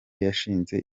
yashinze